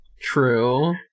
True